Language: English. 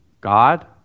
God